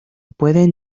pueden